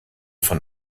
von